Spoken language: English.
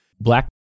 Black